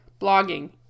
blogging